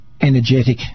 energetic